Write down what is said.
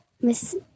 Miss